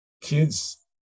kids